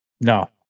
no